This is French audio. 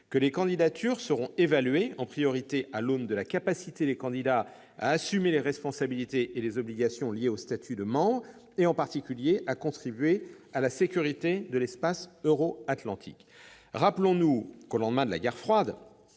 que les candidatures seront évaluées, en priorité, à l'aune de la capacité des candidats à assumer les responsabilités et les obligations liées au statut de membre et, en particulier, à contribuer à la sécurité de l'espace euro-atlantique. Rappelons-nous qu'au lendemain de la guerre froide,